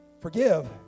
Forgive